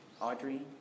Audrey